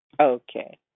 Okay